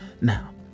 Now